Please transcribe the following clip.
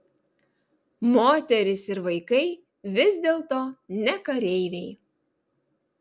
moterys ir vaikai vis dėlto ne kareiviai